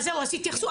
אז תתייחסו,